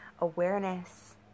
awareness